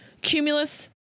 cumulus